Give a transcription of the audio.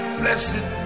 blessed